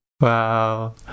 wow